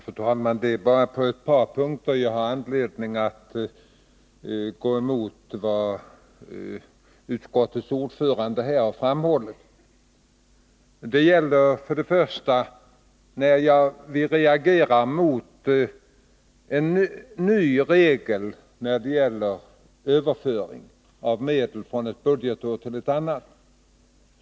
Fru talman! Det är bara på ett par punkter som jag har anledning att gå emot vad utskottets ordförande här har framhållit. Först vill jag understryka att jag reagerar mot att man skulle införa en ny regel när det gäller överföring av medel från ett budgetår till ett annat.